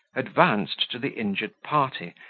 advanced to the injured party,